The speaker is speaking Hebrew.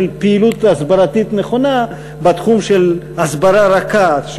פעילות הסברתית נכונה בתחום של הסברה רכה,